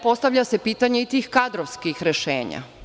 Postavlja se pitanje i tih kadrovskih rešenja.